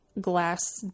glass